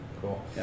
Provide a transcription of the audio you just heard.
Cool